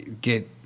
get